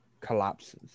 collapses